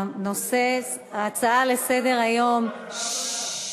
ההצעה לסדר-היום, ששש.